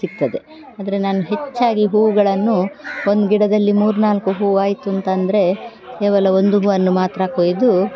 ಸಿಗ್ತದೆ ಆದರೆ ನಾನು ಹೆಚ್ಚಾಗಿ ಹೂವುಗಳನ್ನು ಒಂದು ಗಿಡದಲ್ಲಿ ಮೂರುನಾಲ್ಕು ಹೂ ಆಯಿತು ಅಂತಂದರೆ ಕೇವಲ ಒಂದು ಹೂವನ್ನು ಮಾತ್ರ ಕೊಯ್ದು